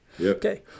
Okay